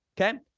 okay